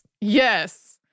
yes